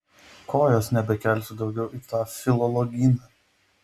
kojos nebekelsiu daugiau į tą filologyną